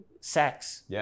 sex